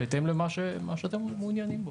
בהתאם למה שאתם מעוניינים בו.